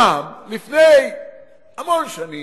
בכנסת, פעם, לפני המון שנים,